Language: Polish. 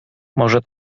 może